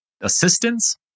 assistance